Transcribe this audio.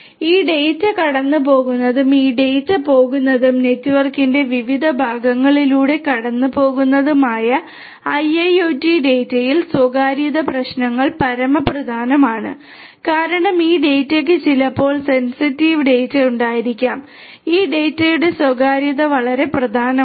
ഈ ഡാറ്റ കടന്നുപോകുന്നതും ഈ ഡാറ്റ പോകുന്നതും നെറ്റ്വർക്കിന്റെ വിവിധ ഭാഗങ്ങളിലൂടെ കടന്നുപോകുന്നതും ആയ IIoT ഡാറ്റയിൽ സ്വകാര്യത പ്രശ്നങ്ങൾ പരമപ്രധാനമാണ് കാരണം ഈ ഡാറ്റയ്ക്ക് ചിലപ്പോൾ സെൻസിറ്റീവ് ഡാറ്റ ഉണ്ടായിരിക്കും ഈ ഡാറ്റയുടെ സ്വകാര്യത വളരെ പ്രധാനമാണ്